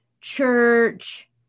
church